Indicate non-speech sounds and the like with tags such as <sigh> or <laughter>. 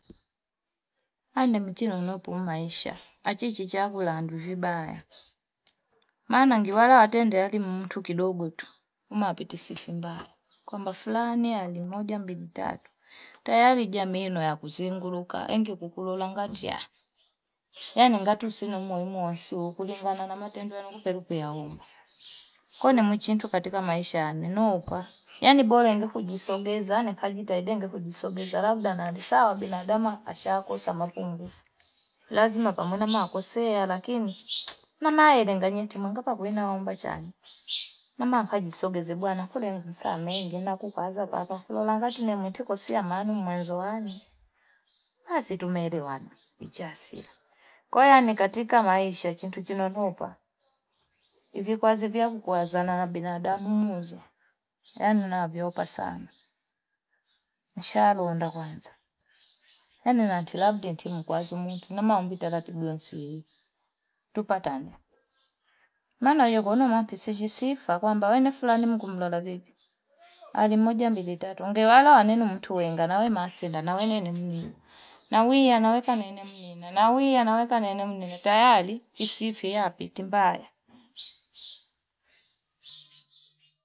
Ainemi chinonopo maisha achichi chakwe landu vibaya maana ngiwalate tende mtu kidogo tu umapiti sifa mbaya, kwamba fulani ali moja mbili tatu tayari jamee nami zunguruka engekukulonga ngati ah, yani ngati si umuimu wose kulingana na matendo kupeluku ya umi, kwene muchintu katika maisha anenopa bora ende kujisogeza nikajitahidi nenge kujisogeza labda nalisawa binadamu asha kwe samaki ngufu lazima kumwona makwe kosea lakini mti! namelenga nyeti mpakakule naomba chani nama kajisogeze bwana kule nsamengi nakupaza paka kulelangati nimtiko sia mana mwenzo wani basi tume lewana ichasila kwahiyo yani katika maisha chitu chinonopa <noise> ivikwazi vikwaza nan bina damu mwezo yani navyopa sana. Nshalunda kwanza yani natilabi mti kwazumundu na maombi taratibu nyonsiyoii tupatane maana mpiji sifaakwamba we nafulani mkulola vipi ali moja mbili tatu ngile wala nene mtu wenga nawe masenda na wenene mninga nawia naweke nene mnina, nawia naweke nene mninga tayari isifia pitimbaya. <noise>